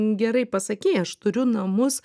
gerai pasakei aš turiu namus